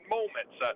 moments